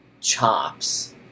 chops